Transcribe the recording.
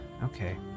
Okay